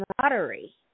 camaraderie